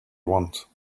want